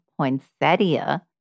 Poinsettia